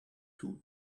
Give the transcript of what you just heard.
two